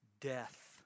death